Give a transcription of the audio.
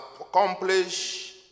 accomplish